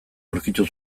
aurkitu